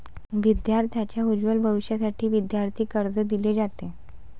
विद्यार्थांच्या उज्ज्वल भविष्यासाठी विद्यार्थी कर्ज दिले जाते